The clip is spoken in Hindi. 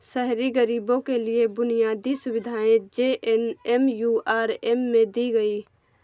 शहरी गरीबों के लिए बुनियादी सुविधाएं जे.एन.एम.यू.आर.एम में दी गई